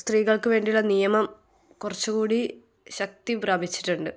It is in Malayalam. സ്ത്രീകൾക്ക് വേണ്ടിയുള്ള നിയമം കുറച്ചുകൂടി ശക്തി പ്രാപിച്ചിട്ടുണ്ട്